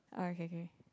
okay okay